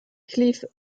cliff